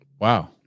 Wow